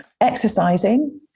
Exercising